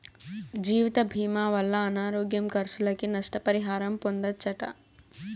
జీవితభీమా వల్ల అనారోగ్య కర్సులకి, నష్ట పరిహారం పొందచ్చట